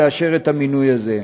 לאשר את המינוי הזה,